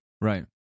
Right